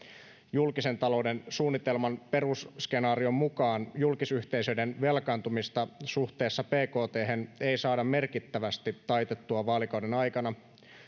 julkisen talouden suunnitelman perusskenaarion mukaan julkisyhteisöiden velkaantumista suhteessa bkthen ei saada merkittävästi taitettua vaalikauden aikana